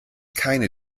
keine